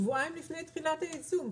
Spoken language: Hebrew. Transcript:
שבועיים לפני תחילת הייצור.